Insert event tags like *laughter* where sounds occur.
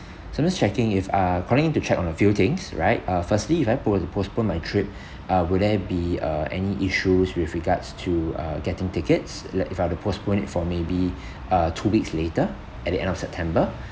so just checking if uh calling in to check on a few things right uh firstly if I po~ postpone my trip *breath* uh will there be uh any issues with regards to uh getting tickets like if I were to postpone it for maybe *breath* uh two weeks later at the end of september